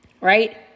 right